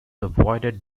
avoided